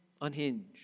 unhinged